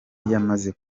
yamaze